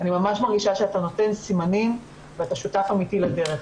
אני ממש מרגישה שאתה נותן סימנים ואתה שותף אמיתי לדרך.